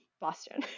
Boston